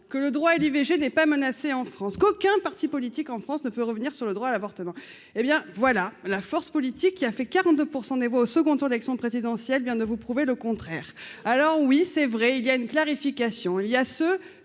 que le droit à l'IVG n'est pas menacée en France, qu'aucun parti politique en France ne peut revenir sur le droit à l'avortement, hé bien voilà la force politique qui a fait 42 % des voix au second tour d'élection présidentielle vient de vous prouver le contraire, alors oui c'est vrai il y a une clarification, il y a ce